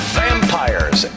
vampires